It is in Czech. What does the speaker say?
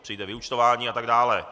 Přijde vyúčtování atd.